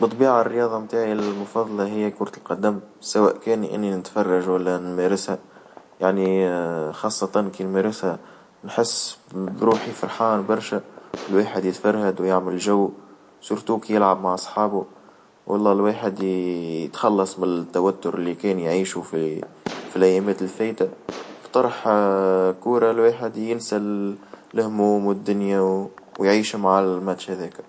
بالطبيعة الرياضة متاعي المفظلة هي كرة القدم، سواء كان إني نتفرج ولا نمارسها، يعني خاصة كي نمارسها نحس بروحي فرحان برشا، الواحد يتفرهد ويعمل جو سورتوك يلعب مع أصحابه، والله الواحد يتخلص من التوتر اللي كان يعيشه في الأيامات الفايتة، بطرح الكورة الواحد ينسى الهموم والدنيا ويعيش مع الماتش هذاكا.